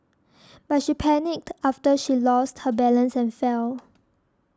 but she panicked after she lost her balance and fell